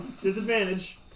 Disadvantage